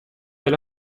alla